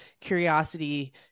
curiosity